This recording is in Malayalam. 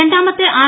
രണ്ടാമത്തെ ആർ